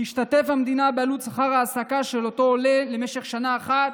תשתתף המדינה בעלות שכר העסקה של אותו עולה למשך שנה אחת,